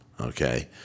Okay